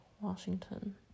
Washington